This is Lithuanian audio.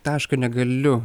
tašką negaliu